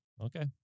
Okay